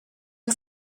you